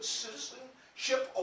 citizenship